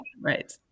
Right